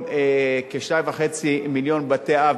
היום הכנסת אישרה,